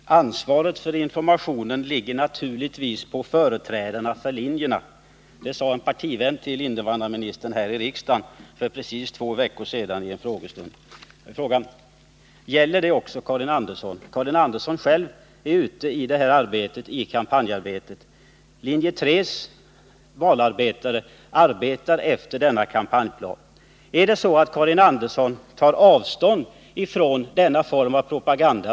Herr talman! Ansvaret för informationen ligger naturligtvis på företrädarna för linjerna, sade en partivän till invandrarministern i en frågestund här i 81 riksdagen för precis två veckor sedan. Jag vill fråga: Gäller detta också för Karin Andersson? Karin Andersson är ju själv ute i kampanjarbetet, och linje 3:s valarbetare följer denna kampanjplan. Eller är det så att Karin Andersson tar avstånd från denna form av propaganda?